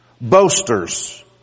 boasters